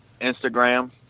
instagram